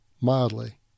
mildly